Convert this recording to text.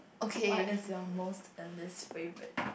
what is your most and least favourite